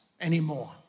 anymore